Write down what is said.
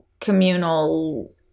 communal